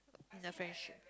in the friendship